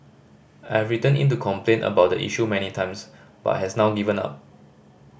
I've written in to complain about the issue many times but has now given up